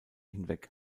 hinweg